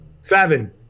Seven